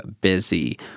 busy